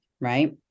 Right